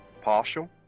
partial